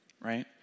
right